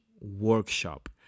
workshop